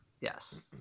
Yes